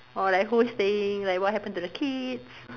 or like who's staying like what happen to the kids